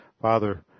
Father